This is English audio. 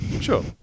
sure